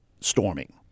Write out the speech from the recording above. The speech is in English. storming